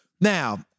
Now